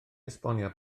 esbonio